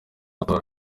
amatora